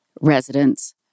residents